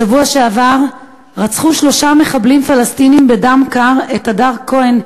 בשבוע שעבר רצחו שלושה מחבלים פלסטינים בדם קר את הדר כהן,